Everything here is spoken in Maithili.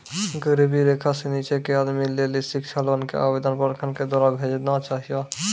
गरीबी रेखा से नीचे के आदमी के लेली शिक्षा लोन के आवेदन प्रखंड के द्वारा भेजना चाहियौ?